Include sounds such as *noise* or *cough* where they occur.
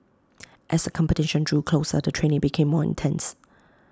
*noise* as the competition drew closer the training became more intense